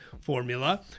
formula